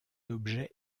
objet